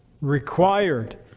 required